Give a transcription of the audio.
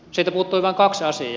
siitä puuttui vain kaksi asiaa